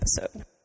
episode